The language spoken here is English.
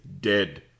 dead